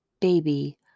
baby